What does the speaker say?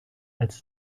als